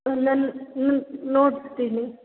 ನಾನು ನೋಡ್ತೀನಿ